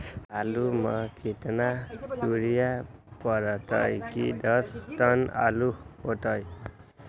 आलु म केतना यूरिया परतई की दस टन आलु होतई?